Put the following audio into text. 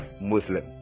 Muslim